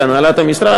כהנהלת המשרד,